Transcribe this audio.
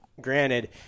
granted